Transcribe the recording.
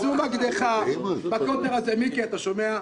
זאת מקדחה בקוטר הזה, מיקי, אתה שומע?